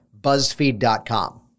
buzzfeed.com